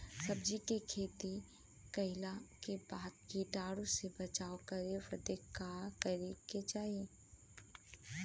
सब्जी के खेती कइला के बाद कीटाणु से बचाव करे बदे का करे के चाही?